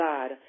God